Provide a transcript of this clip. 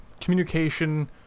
communication